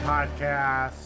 Podcast